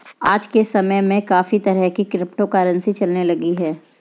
आज के समय में काफी तरह की क्रिप्टो करंसी चलने लगी है